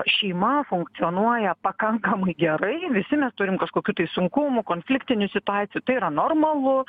šeima funkcionuoja pakankamai gerai visi mes turim kažkokių tai sunkumų konfliktinių situacijų tai yra normalu